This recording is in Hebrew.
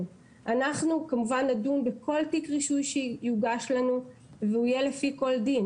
אנחנו כמובן נדון בכל תיק רישוי שיוגש לנו והוא יהיה לפי כל דין.